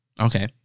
okay